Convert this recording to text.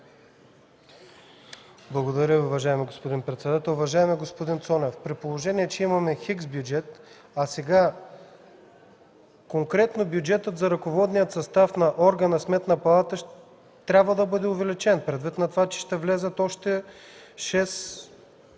Благодаря, уважаеми господин председател. Уважаеми господин Цонев, при положение че имаме „хикс” бюджет, сега конкретно бюджетът за ръководния състав на органа „Сметна палата” ще бъде увеличен предвид това, че ще влязат още 6